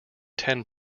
ten